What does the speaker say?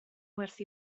werthu